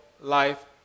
Life